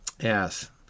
Yes